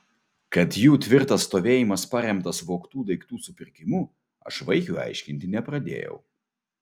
kad jų tvirtas stovėjimas paremtas vogtų daiktų supirkimu aš vaikiui aiškinti nepradėjau